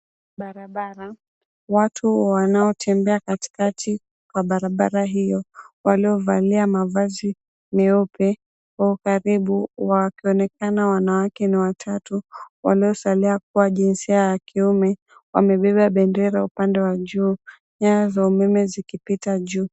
Barabara, watu wanaotembea katikati ya barabara hiyo waliovalia mavazi meupe, kwa ukaribu wakionekana wanawake watatu, waliosalia kuwa jinsia ya kiume, wamebeba bendera. Upande wa juu, nyaya za umeme zikipita.